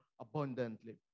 abundantly